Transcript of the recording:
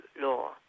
law